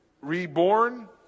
reborn